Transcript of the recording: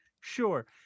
Sure